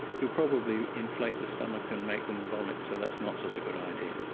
you'll probably inflate the stomach and make them vomit, so that's not such a good idea.